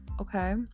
okay